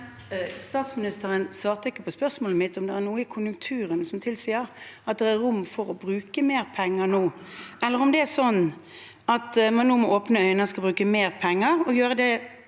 Statsministeren svarte ikke på spørsmålet mitt om det er noe i konjunkturene som tilsier at det er rom for å bruke mer penger nå. Eller om det er slik at man nå, med åpne øyne, skal bruke mer penger og gjøre det